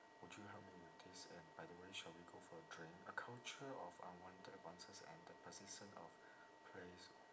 would you help me with this and by the way shall we go for a drink a culture of unwanted advances and the persistent of praise